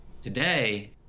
today